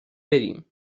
بریم